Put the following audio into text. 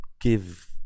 give